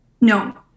No